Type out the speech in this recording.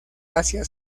asia